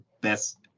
best